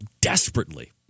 desperately